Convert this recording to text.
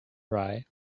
rye